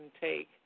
take